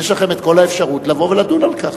יש לכם כל האפשרות לבוא ולדון על כך,